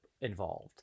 involved